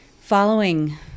following